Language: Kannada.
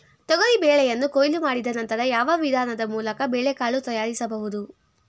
ತೊಗರಿ ಬೇಳೆಯನ್ನು ಕೊಯ್ಲು ಮಾಡಿದ ನಂತರ ಯಾವ ವಿಧಾನದ ಮೂಲಕ ಬೇಳೆಕಾಳು ತಯಾರಿಸಬಹುದು?